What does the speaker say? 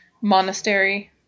monastery